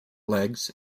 legs